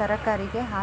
ತರಕಾರಿಗೆ ಹಾ